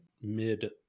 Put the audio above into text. mid